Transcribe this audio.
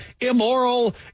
immoral